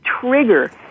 trigger